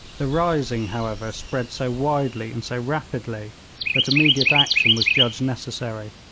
the rising, however, spread so widely and so rapidly that immediate action was judged necessary,